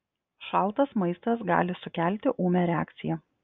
šaltas maistas gali sukelti ūmią reakciją